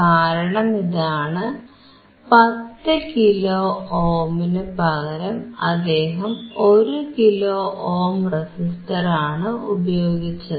കാരണം ഇതാണ് 10 കിലോ ഓമിനു പകരം അദ്ദേഹം 1 കിലോ ഓം റെസിസ്റ്റർ ആണ് ഉപയോഗിച്ചത്